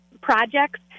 projects